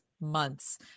months